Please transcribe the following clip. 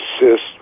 assist